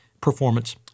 performance